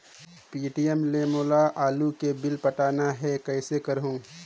Paytm ले मोला आलू के बिल पटाना हे, कइसे करहुँ?